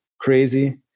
crazy